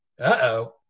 Uh-oh